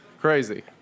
crazy